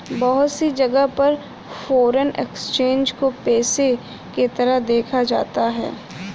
बहुत सी जगह पर फ़ोरेन एक्सचेंज को पेशे के तरह देखा जाता है